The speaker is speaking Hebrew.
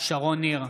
שרון ניר,